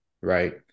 right